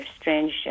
strange